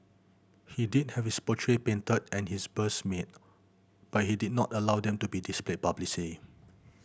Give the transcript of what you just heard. he did have his portrait painted and his bust made but he did not allow them to be displayed publicly